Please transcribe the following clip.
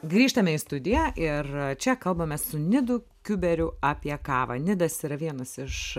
grįžtame į studiją ir čia kalbame su nidu kiuberiu apie kavą nidas yra vienas iš